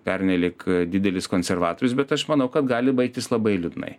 pernelyg didelis konservatorius bet aš manau kad gali baigtis labai liūdnai